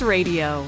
Radio